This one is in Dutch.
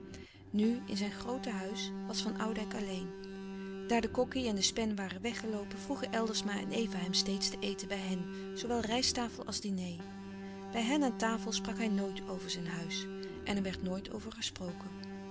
nu in zijn groote huis was van oudijck alleen daar de kokkie en de spen waren weggeloopen vroegen eldersma en eva hem steeds ten eten bij hen zoowel rijsttafel als diner bij hen aan tafel sprak hij nooit over zijn huis en er werd nooit over gesproken